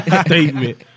statement